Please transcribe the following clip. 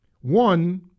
One